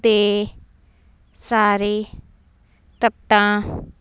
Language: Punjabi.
ਦੇ ਸਾਰੇ ਤੱਤਾਂ